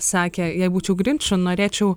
sakė jei būčiau grinču norėčiau